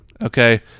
okay